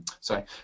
sorry